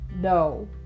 No